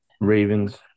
Ravens